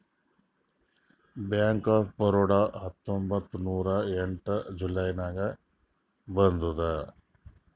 bank of Baroda ಹತ್ತೊಂಬತ್ತ್ ನೂರಾ ಎಂಟ ಜುಲೈ ನಾಗ್ ಬಂದುದ್